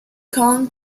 kong